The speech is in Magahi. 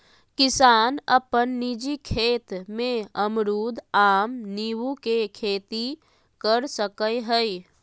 किसान अपन निजी खेत में अमरूद, आम, नींबू के खेती कर सकय हइ